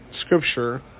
scripture